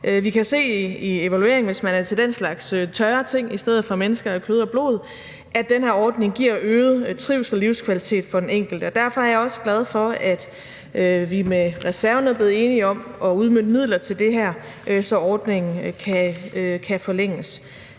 Vi kan se i evalueringen, hvis man er til den slags tørre ting i stedet for mennesker af kød og blod, at den her ordning giver øget trivsel og livskvalitet for den enkelte. Derfor er jeg også glad for, at vi med reserven er blevet enige om at udmønte midler til det her, så ordningen kan forlænges.